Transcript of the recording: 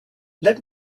let